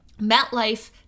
MetLife